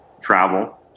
travel